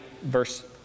verse